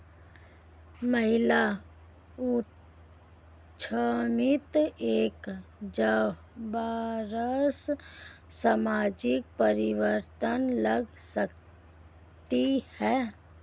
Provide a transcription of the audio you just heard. महिला उद्यमिता एक जबरदस्त सामाजिक परिवर्तन ला सकती है